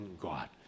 God